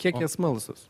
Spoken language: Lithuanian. kiek jie smalsūs